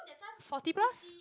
forty plus